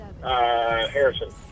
Harrison